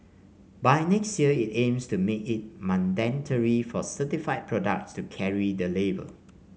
by next year it aims to make it mandatory for certified products to carry the label